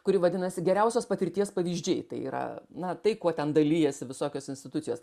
kuri vadinasi geriausios patirties pavyzdžiai tai yra na tai kuo ten dalijasi visokios institucijos